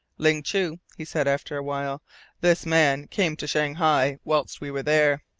ling chu, he said after awhile, this man came to shanghai whilst we were there,